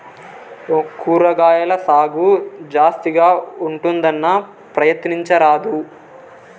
కూరగాయల సాగు జాస్తిగా ఉంటుందన్నా, ప్రయత్నించరాదూ